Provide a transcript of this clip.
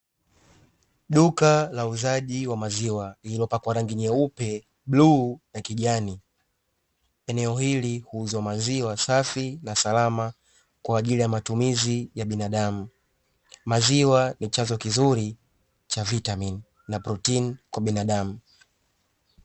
Duka la uuzaji wa maziwa lililopakwa rangi nyeupe, bluu na kijani eneo hili huuzwa maziwa safi na salama kwaajili ya matumizi ya binadamu, maziwa ni chanzo kizuri cha vitamini na protini kwa binadanu.